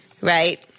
right